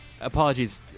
apologies